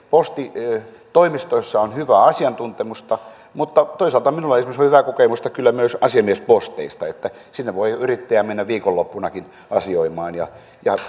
postitoimistoissa on hyvää asiantuntemusta mutta toisaalta minulla on kyllä hyvää kokemusta myös asiamiesposteista sinne voi yrittäjä mennä viikonloppunakin asioimaan ja